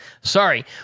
Sorry